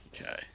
Okay